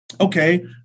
okay